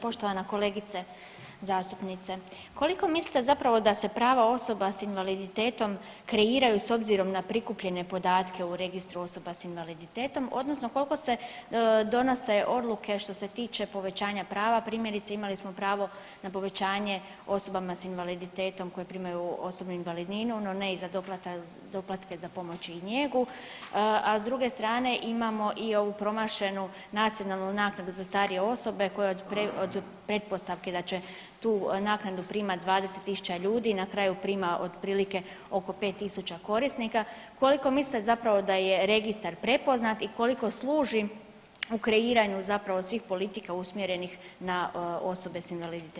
Poštovana kolegice zastupnice, koliko mislite zapravo da se prava osoba s invaliditetom kreiraju s obzirom na prikupljene podatke u registru osoba s invaliditetom odnosno koliko se donose odluke što se tiče povećanja prava, primjerice imali smo pravo na povećanje osobama s invaliditetom koje primaju osobnu invalidninu, no ne i za doplatke za pomoć i njegu, a s druge strane imamo i ovu promašenu nacionalnu naknadu za starije osobu koje od pretpostavke da će tu naknadu primat 20.000 ljudi na kraju prima otprilike oko 5.000 korisnika, koliko mislite zapravo da je registar prepoznat i koliko služi u kreiranju zapravo svih politika usmjerenih na osobe s invaliditetom.